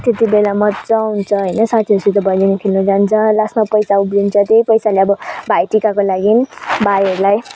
त्यति बेला मजा आउँछ होइन साथीहरूसित भैलेनी खेल्नु जान्छ लास्टमा पैसा उब्रिन्छ त्यही पैसाले अब भाइ टिकाको लागि भाइहरूलाई